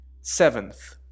Seventh